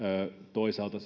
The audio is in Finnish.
toisaalta